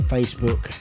Facebook